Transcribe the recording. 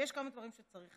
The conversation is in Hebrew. יש כמה דברים שצריך